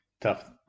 tough